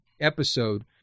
episode